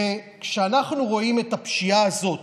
וכשאנחנו רואים את הפשיעה הזאת